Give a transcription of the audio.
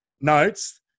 notes